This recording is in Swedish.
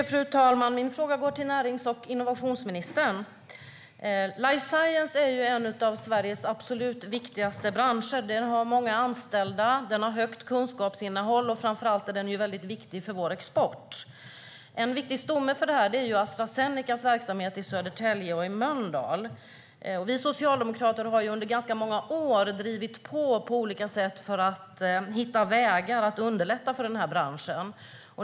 Fru talman! Min fråga går till närings och innovationsministern. Life science är en av Sveriges absolut viktigaste branscher. Där finns många anställda, där finns ett högt kunskapsinnehåll och framför allt är den viktig för vår export. En viktig stomme för detta är Astra Zenecas verksamhet i Södertälje och i Mölndal. Vi socialdemokrater har under många år drivit på för att på olika sätt hitta vägar att underlätta för branschen.